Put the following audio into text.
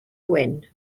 gwyn